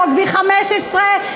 חוק V15,